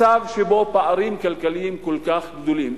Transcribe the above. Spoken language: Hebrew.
מצב שיש בו פערים כלכליים כל כך גדולים.